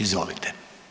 Izvolite.